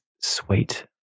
sweet